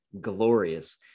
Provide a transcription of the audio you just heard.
glorious